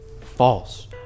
False